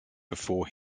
before